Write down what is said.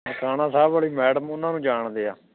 ਨਨਕਾਣਾ ਸਾਹਿਬ ਵਾਲੀ ਮੈਡਮ ਉਹਨਾਂ ਨੂੰ ਜਾਣਦੇ ਆ